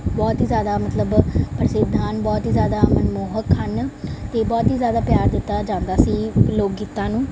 ਬਹੁਤ ਹੀ ਜ਼ਿਆਦਾ ਮਤਲਬ ਪ੍ਰਸਿੱਧ ਹਨ ਬਹੁਤ ਹੀ ਜ਼ਿਆਦਾ ਮਨਮੋਹਕ ਹਨ ਅਤੇ ਬਹੁਤ ਹੀ ਜ਼ਿਆਦਾ ਪਿਆਰ ਦਿੱਤਾ ਜਾਂਦਾ ਸੀ ਲੋਕ ਗੀਤਾਂ ਨੂੰ